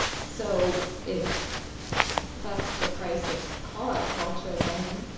so if that's the price of call-out culture, then,